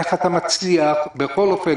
איך אתה מצליח בכל אופן,